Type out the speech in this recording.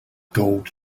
gold